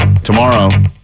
Tomorrow